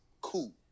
cool